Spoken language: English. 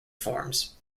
forms